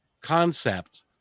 concept